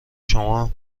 شما